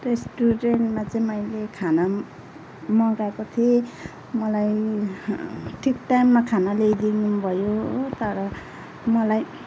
रेस्टुरेन्टमा चाहिँ मैले खाना मगाएको थिएँ मलाई ठिक टाइममा खाना ल्याइदिनु भयो तर मलाई